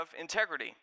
integrity